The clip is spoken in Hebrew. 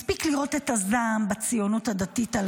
מספיק לראות את הזעם בציונות הדתית על